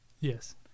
yes